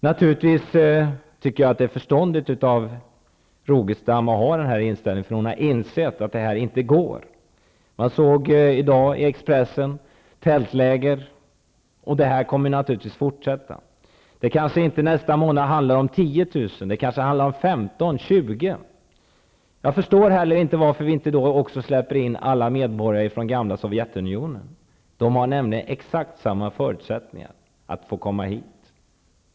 Jag tycker att det är förståndigt av Rogestam att ha denna inställning. Hon har insett att detta inte går. Jag såg i dag i Expressen att det skrivs om tältläger. Detta kommer naturligtvis att fortsätta. Det kanske inte handlar om 10 000 nästa månad. Det kanske handlar om 15 000, eller 20 000. Jag förstår inte varför vi inte också släpper in alla medborgare från gamla Sovjetunionen. De har nämligen exakt samma förutsättningar att få komma hit.